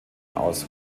aus